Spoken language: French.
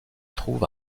trouve